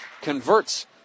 converts